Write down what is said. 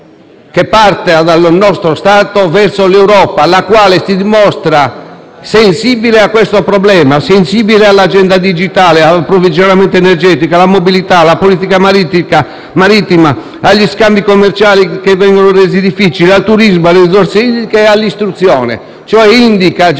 che parte dal nostro Stato verso l'Europa, la quale si dimostra sensibile a questo problema, all'agenda digitale, all'approvvigionamento energetico, alla mobilità, alla politica marittima, agli scambi commerciali resi difficili, al turismo, alle risorse idriche e all'istruzione. In altre